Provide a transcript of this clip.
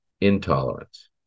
intolerance